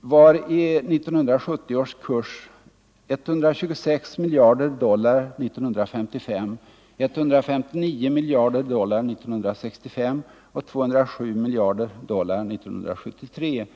var i 1970 års kurs 126 miljarder dollar år 1955, 159 miljarder dollar 1965 och 207 miljarder dollar 1973.